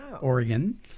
Oregon